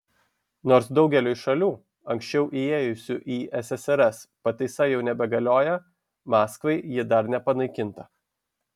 nors daugeliui šalių anksčiau įėjusių į ssrs pataisa jau nebegalioja maskvai ji dar nepanaikinta